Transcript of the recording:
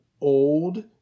old